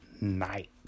night